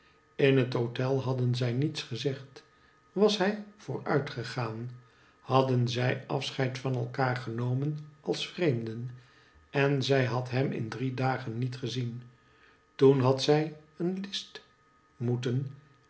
in het hotel hadden zij niets gezegd was hij vooruit gegaan hadden zij afscheid van elkaar genomen als vreemden en zij had hem in drie dagen niet gezien toen had zij een list moeten